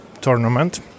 tournament